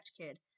Kid